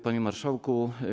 Panie Marszałku!